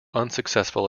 unsuccessful